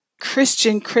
Christian